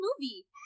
movie